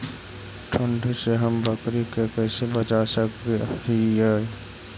ठंडी से हम बकरी के कैसे बचा सक हिय?